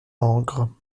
langres